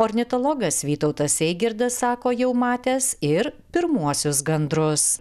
ornitologas vytautas eigirdas sako jau matęs ir pirmuosius gandrus